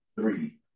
three